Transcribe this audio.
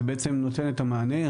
זה בעצם נותן את המענה.